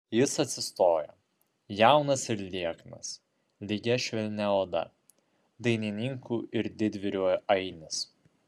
jis atsistojo jaunas ir lieknas lygia švelnia oda dainininkų ir didvyrių ainis